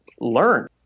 learn